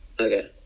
Okay